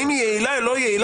האם היא יעילה או לא יעילה?